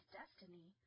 destiny